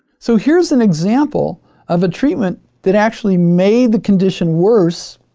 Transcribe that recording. so here's an example of a treatment that actually made the condition worse,